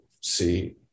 see